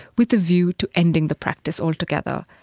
with a view to ending the practice altogether.